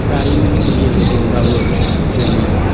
जारिमिननि गेजेरजोंब्लाबो जोङो